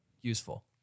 useful